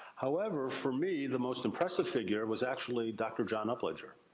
however for me, the most impressive figure was actually dr. john upledger.